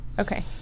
Okay